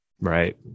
Right